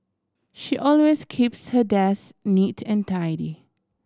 she always keeps her desk neat and tidy